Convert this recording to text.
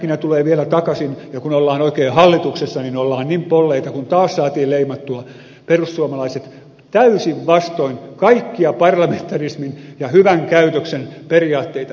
ja jos feedbackina tulee vielä takaisin ja kun ollaan oikein hallituksessa niin ollaan niin polleita kun taas saatiin leimattua perussuomalaiset täysin vastoin kaikkia parlamentarismin ja hyvän käytöksen periaatteita